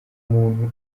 umuntu